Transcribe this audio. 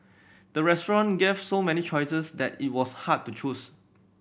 the restaurant gave so many choices that it was hard to choose